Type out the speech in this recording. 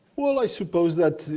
well, i suppose that,